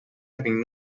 having